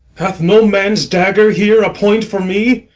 hath no man's dagger here a point for me?